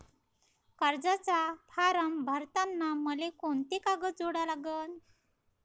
कर्जाचा फारम भरताना मले कोंते कागद जोडा लागन?